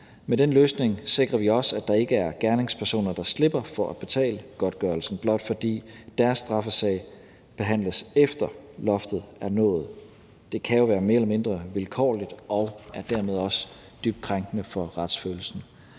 Med den løsning sikrer vi også, at der ikke er gerningspersoner, der slipper for at betale godtgørelsen, blot fordi deres straffesag behandles, efter loftet er nået. Det kan jo være mere eller mindre vilkårligt og er dermed også dybt krænkende for retsfølelsen.